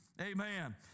Amen